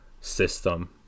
system